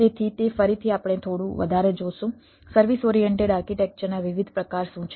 તેથી તે ફરીથી આપણે થોડું વધારે જોશું સર્વિસ ઓરિએન્ટેડ આર્કિટેક્ચરના વિવિધ પ્રકાર શું છે